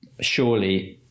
surely